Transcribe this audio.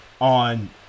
on